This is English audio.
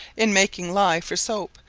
in making ley for soap,